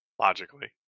Logically